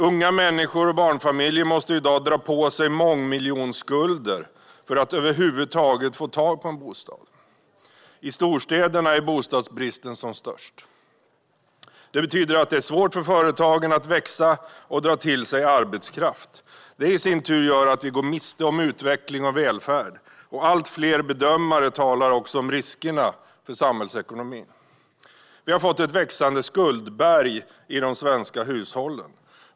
Unga människor och barnfamiljer måste i dag dra på sig mångmiljonskulder för att över huvud taget få tag på en bostad. I storstäderna är bostadsbristen som störst. Det betyder att det är svårt för företagen att växa och dra till sig arbetskraft. Det i sin tur gör att vi går miste om utveckling av välfärd, och allt fler bedömare talar om riskerna för samhällsekonomin. Vi har fått ett växande skuldberg i de svenska hushållen.